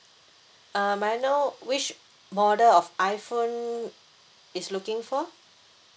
uh may I know which model of iphone is looking for